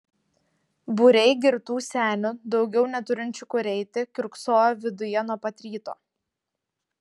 būriai girtų senių daugiau neturinčių kur eiti kiurksojo viduje nuo pat ryto